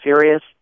serious